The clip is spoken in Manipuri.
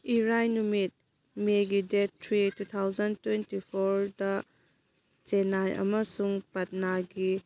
ꯏꯔꯥꯏ ꯅꯨꯃꯤꯠ ꯃꯦꯒꯤ date three two thousand twenty ꯐꯣꯔꯗ ꯆꯦꯟꯅꯥꯏ ꯑꯃꯁꯨꯡ ꯄꯠꯅꯥꯒꯤ